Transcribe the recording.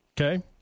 Okay